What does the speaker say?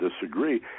disagree